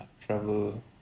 travel